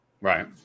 Right